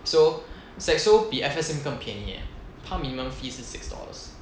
so saxo 比 F_S_M 更便宜 eh 他 minimum fee 是 six dollars